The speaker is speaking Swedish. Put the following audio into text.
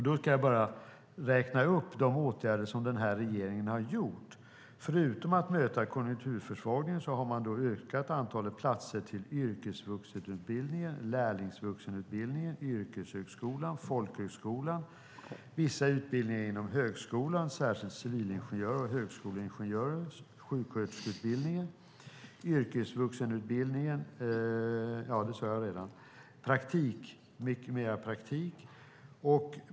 Då ska jag bara räkna upp de åtgärder som den här regeringen har vidtagit. Förutom att möta konjunkturförsvagningen har man ökat antalet platser i yrkesvuxenutbildningen, lärlingsvuxenutbildningen, yrkeshögskolan, folkhögskolan, vissa utbildningar inom högskolan, särskilt till civilingenjör och högskoleingenjör, och sjuksköterskeutbildningen. Det är mycket mer praktik.